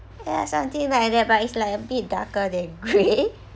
ya something like that but it's like a bit darker than grey